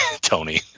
Tony